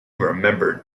remembered